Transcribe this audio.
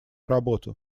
работу